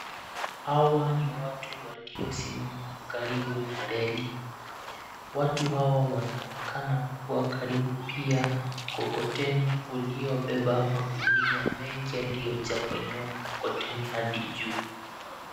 Hawa ni watu waliosimama karibu na reli. Watu hawa wanaonekana kuwa karibu pia na mkokoteni uliobeba magunia mengi yaliyojaa kwenye mkokoteni hadi juu.